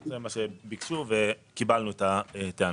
זה מה שביקשו, וקיבלנו את הטענות.